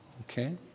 okay